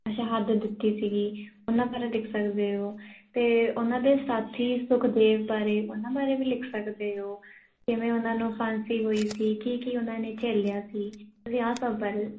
ਸ਼ਹਾਦਤ ਦਿੱਤੀ ਸੀਗੀ ਉਹਨਾਂ ਬਾਰੇ ਲਿਖ ਸਕਦੇ ਹੋ ਅਤੇ ਉਹਨਾਂ ਦੇ ਸਾਥੀ ਸੁਖਦੇਵ ਬਾਰੇ ਉਹਨਾਂ ਬਾਰੇ ਵੀ ਲਿਖ ਸਕਦੇ ਹੋ ਕਿਵੇਂ ਉਹਨਾਂ ਨੂੰ ਫਾਂਸੀ ਹੋਈ ਸੀ ਕੀ ਕੀ ਉਹਨਾਂ ਨੇ ਝੇਲਿਆ ਸੀ ਤੁਸੀਂ ਇਹ ਸਭ ਬਾਰੇ